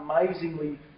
amazingly